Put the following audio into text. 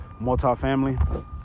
multifamily